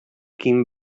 quin